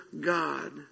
God